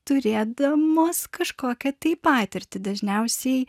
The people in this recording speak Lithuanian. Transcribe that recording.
turėdamos kažkokią tai patirtį dažniausiai